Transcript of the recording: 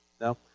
No